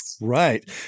Right